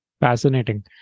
Fascinating